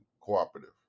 Cooperative